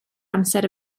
amser